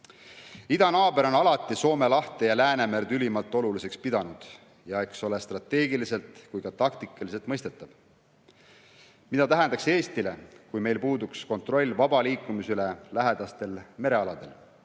Idanaaber on alati Soome lahte ja Läänemerd ülimalt oluliseks pidanud. Ja eks see ole nii strateegiliselt kui ka taktikaliselt mõistetav. Mida tähendaks Eestile, kui meil puuduks kontroll vaba liikumise üle lähedastel merealadel?